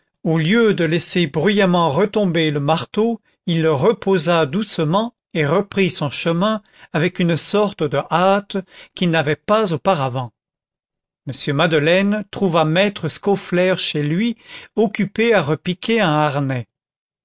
au lieu de laisser bruyamment retomber le marteau il le reposa doucement et reprit son chemin avec une sorte de hâte qu'il n'avait pas auparavant m madeleine trouva maître scaufflaire chez lui occupé à repiquer un harnais